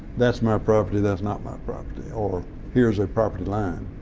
that's my property, that's not my property, or here's a property line.